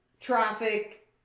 traffic